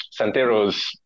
santeros